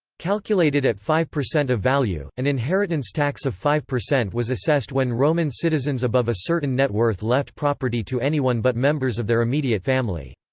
calculated at five percent of value an inheritance tax of five percent was assessed when roman citizens above a certain net worth left property to anyone but members of their immediate family.